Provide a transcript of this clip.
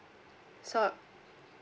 so uh